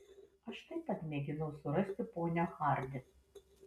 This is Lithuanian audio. aš taip pat mėginau surasti ponią hardi